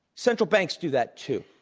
central banks do that too.